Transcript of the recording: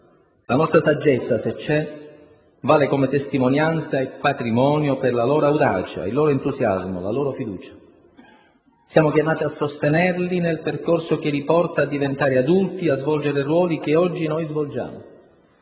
La nostra saggezza - se c'è - vale come testimonianza e patrimonio per la loro audacia, il loro entusiasmo e la loro fiducia. Siamo chiamati a sostenerli nel percorso che li porta a diventare adulti e a svolgere i ruoli che oggi noi svolgiamo.